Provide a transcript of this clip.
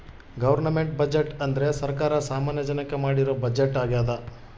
government budget ಅಂದ್ರೆ ಸರ್ಕಾರ ಸಾಮಾನ್ಯ ಜನಕ್ಕೆ ಮಾಡಿರೋ ಬಜೆಟ್ ಆಗ್ಯದ